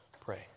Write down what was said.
pray